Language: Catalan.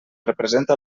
representa